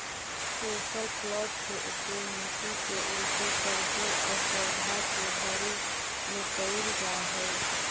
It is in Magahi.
चेसल प्लॉफ् के उपयोग मट्टी के उलऽटे पलऽटे औउर पौधा के भरे में कईल जा हई